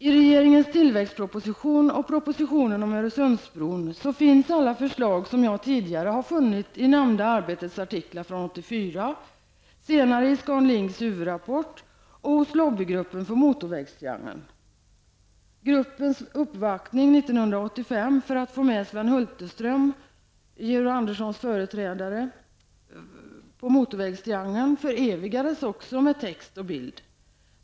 I regeringens tillväxtproposition och propositionen om Öresundsbron finns alla förslag som jag tidigare funnit i nämnda Arbetets artiklar från 1984, senare i Scan Links ''huvudrapport'' och hos lobbygruppen för Motorvägstriangeln. Gruppens uppvaktning Anderssons företrädare, på Motorvägstriangeln, förevigades med text och bild.